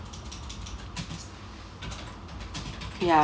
ya